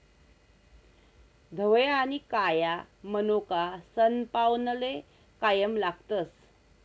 धवया आनी काया मनोका सनपावनले कायम लागतस